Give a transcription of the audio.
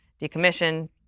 decommission